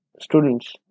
students